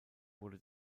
wurde